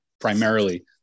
primarily